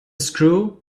screw